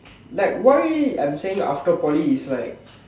like why I'm saying after Poly is like